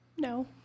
No